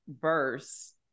verse